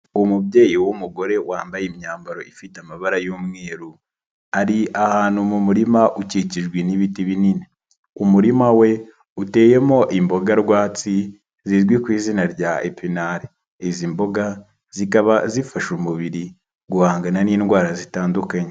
Umubyeyi w'umugore wambaye imyambaro ifite amabara y'umweru, ari ahantu mu murima ukikijwe n'ibiti binini, umurima we uteyemo imboga rwatsi zizwi ku izina rya epinari, izi mboga zikaba zifasha umubiri guhangana n'indwara zitandukanye.